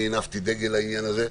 הנפתי דגל בעניין הזה.